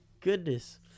goodness